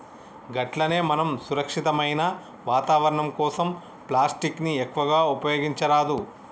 గట్లనే మనం సురక్షితమైన వాతావరణం కోసం ప్లాస్టిక్ ని ఎక్కువగా ఉపయోగించరాదు